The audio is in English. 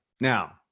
now